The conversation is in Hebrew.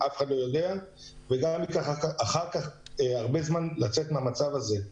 אף אחד לא יודע וגם ייקח אחר כך הרבה זמן לצאת מהמצב הזה.